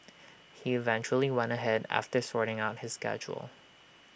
he eventually went ahead after sorting out his schedule